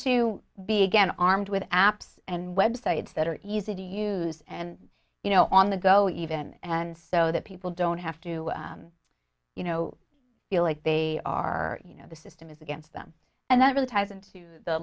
to be again armed with apps and websites that are easy to use and you know on the go even and so that people don't have to you know feel like they are you know the system is against them and that really ties into the